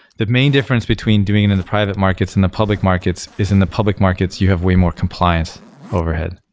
the main difference between doing it in the private markets and the public markets is in the public markets you have way more compliance overhead,